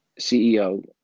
CEO